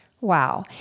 Wow